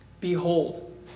behold